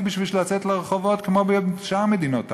בשביל לצאת לרחובות כמו בשאר מדינות ערב.